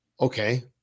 okay